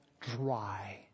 dry